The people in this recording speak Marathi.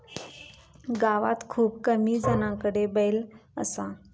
गावात खूप कमी जणांकडे बैल असा